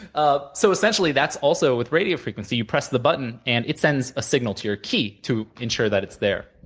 ah so, essentially, that's also with radio frequency, you press the button and it sends a signal to your key to ensure that it's there,